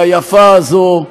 והיפה הזאת,